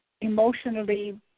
emotionally